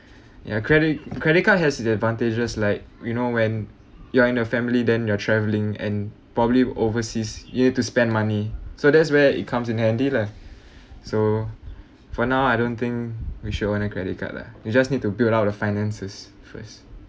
ya credit credit card has the advantages like you know when you are in the family then you're travelling and probably overseas you have to spend money so that's where it comes in handy lah so for now I don't think we should own a credit card lah you just need to build up the finances first